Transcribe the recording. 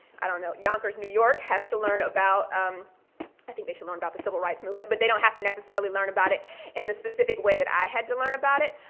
i don't know, yonkers, new york, has to learn about um i think they should learn about the civil rights movement, but they don't have to necessarily learn about it in the specific way that i had to learn about it.